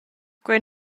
quei